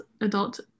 adult